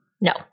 No